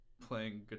playing